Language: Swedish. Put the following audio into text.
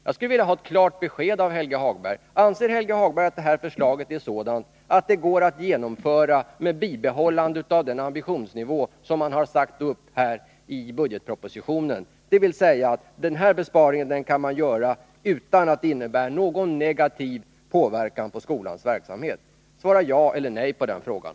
Jag skulle vilja ha ett klart besked av Helge Hagberg: Anser Helge Hagberg att det här förslaget är sådant att det går att genomföra med bibehållande av den ambitionsnivå som man har satt upp i budgetpropositionen, dvs. att man kan göra denna besparing utan att det innebär någon negativ påverkan på skolans verksamhet? Svara ja eller nej på den frågan!